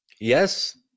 Yes